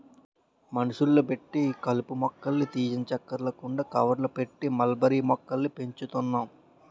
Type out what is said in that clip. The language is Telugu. మనుషుల్ని పెట్టి కలుపు మొక్కల్ని తీయంచక్కర్లేకుండా కవర్లు కట్టి మల్బరీ మొక్కల్ని పెంచుతున్నాం